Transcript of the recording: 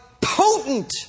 potent